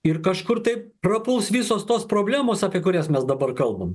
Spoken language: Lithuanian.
ir kažkur tai prapuls visos tos problemos apie kurias mes dabar kalbame